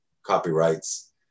copyrights